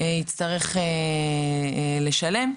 יצטרך לשלם?